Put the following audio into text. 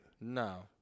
No